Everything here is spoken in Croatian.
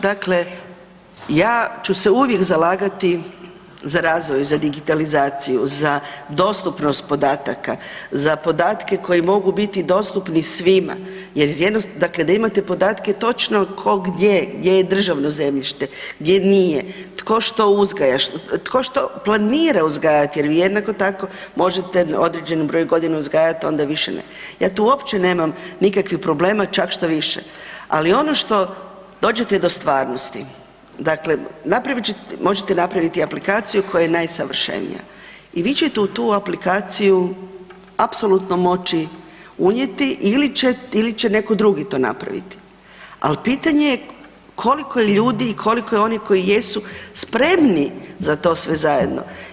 Dakle, ja ću se uvijek zalagati za razvoj za digitalizaciju, za dostupnost podataka, za podatke koji mogu biti dostupni svima, da imate podatke točno ko gdje, gdje je državno zemljište, gdje nije, tko što uzgaja, tko što planira uzgajati jer vi jednako tako možete određeni broj godina uzgajat onda više ne, ja tu uopće nemam nikakvih problema čak štoviše, ali ono što dođete do stvarnosti dakle možete napraviti aplikaciju koja je najsavršenija i vi ćete u tu aplikaciju apsolutno moći unijeti ili će neko drugi to napraviti, ali pitanje je koliko je ljudi i koliko je onih koji jesu spremni za to sve zajedno.